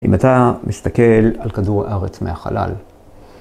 אם אתה מסתכל על כדור הארץ מהחלל